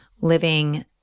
living